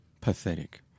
Pathetic